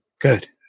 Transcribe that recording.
Good